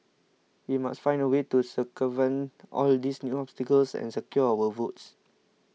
we must find a way to circumvent all these new obstacles and secure our votes